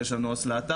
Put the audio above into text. ויש לנו עו"ס להט"ב,